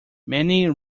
many